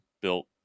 built